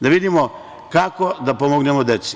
Da vidimo kako da pomognemo deci.